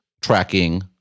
tracking